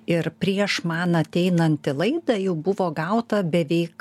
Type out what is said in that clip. ir prieš man ateinant į laidą jau buvo gauta beveik